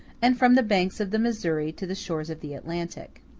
and from the banks of the missouri to the shores of the atlantic.